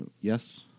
Yes